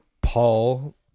Paul